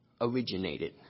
originated